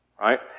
right